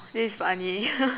this is funny